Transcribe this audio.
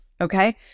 okay